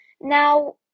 Now